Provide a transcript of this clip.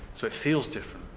so it feels different,